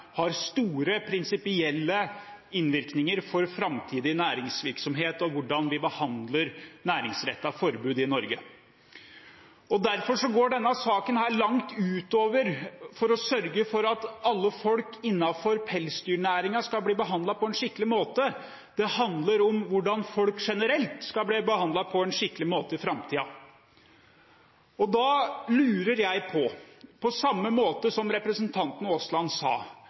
har store prinsipielle innvirkninger for framtidig næringsvirksomhet og hvordan vi behandler næringsrettet forbud i Norge. Derfor går denne saken langt utover det å sørge for at alle folk innenfor pelsdyrnæringen skal bli behandlet på en skikkelig måte. Det handler om hvordan folk generelt skal bli behandlet på en skikkelig måte i framtiden. Da lurer jeg på, på samme måte som representanten Aasland sa,